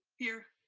here.